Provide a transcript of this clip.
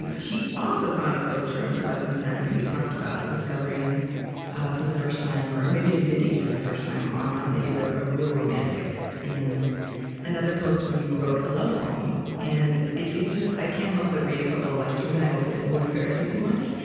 and she also found a post from two thousand and ten where you talked about discovering for the first time or maybe admitting for the first time, online that you're a real romantic, and another post where you wrote a love poem. and it it just i can't help but read a couple of lines from it i hope it it won't embarrass you too much